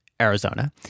Arizona